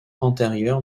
antérieurs